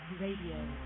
Radio